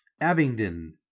Abingdon